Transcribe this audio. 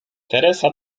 teresa